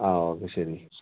ആ ഓകെ ശരി